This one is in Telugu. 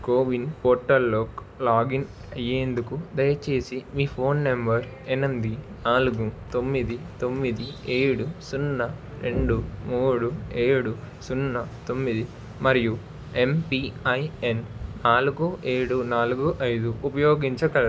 కోవిన్ పోర్టల్లోకి లాగిన్ అయ్యేందుకు దయచేసి మీ ఫోన్ నంబర్ ఎనిమిది నాలుగు తొమ్మిది తొమ్మిది ఏడు సున్నా రెండు మూడు ఏడు సున్నా తొమ్మిది మరియు ఎమ్పిఐఎన్ నాలుగు ఏడు నాలుగు ఐదు ఉపయోగించగలరు